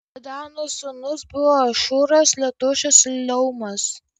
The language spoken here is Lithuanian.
dedano sūnūs buvo ašūras letušas ir leumas